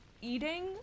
eating